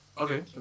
Okay